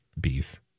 bees